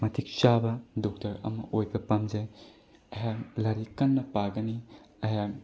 ꯃꯇꯤꯛ ꯆꯥꯕ ꯗꯣꯛꯇꯔ ꯑꯃ ꯑꯣꯏꯕ ꯄꯥꯝꯖꯩ ꯑꯩꯍꯥꯛ ꯂꯥꯏꯔꯤꯛ ꯀꯟꯅ ꯄꯥꯒꯅꯤ ꯑꯩꯍꯥꯛ